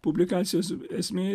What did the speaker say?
publikacijos esmė